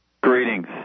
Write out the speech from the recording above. greetings